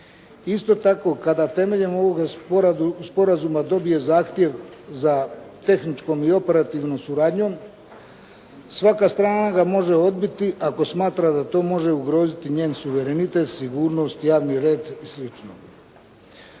Isto tako, kada temeljem ovoga sporazuma dobije zahtjev za tehničkom i operativnom suradnjom, svaka strana ga može odbiti ako smatra da to može ugroziti njen suverenitet, sigurnost, javni red i